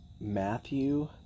Matthew